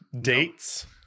Dates